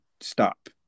stop